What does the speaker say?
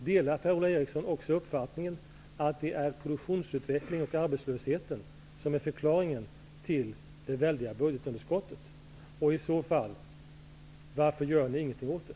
Delar Per-Ola Eriksson också uppfattningen att det är produktionsutvecklingen och inte arbetslösheten som är förklaringen till det väldiga budgetunderskottet? Och i så fall, varför gör ni ingenting åt det?